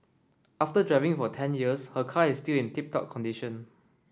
after driving for ten years her car is still in tip top condition